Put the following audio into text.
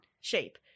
shape